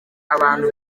abantu